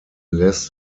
less